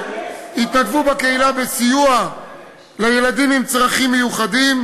שיתנדבו בקהילה בסיוע לילדים עם צרכים מיוחדים,